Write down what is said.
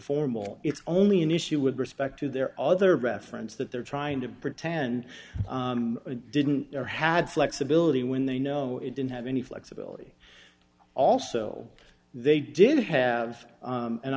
formal it's only an issue with respect to their other reference that they're trying to pretend it didn't or had flexibility when they know it didn't have any flexibility also they didn't have